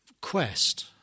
quest